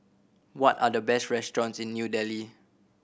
what are the best restaurants in New Delhi